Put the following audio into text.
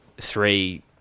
three